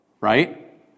right